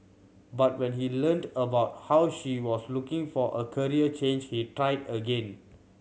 but when he learnt about how she was looking for a career change he tried again